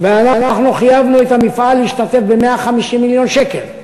ואנחנו חייבנו את המפעל להשתתף ב-150 מיליון שקל.